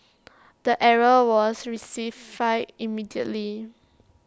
the error was rectified immediately